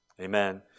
amen